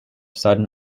sudden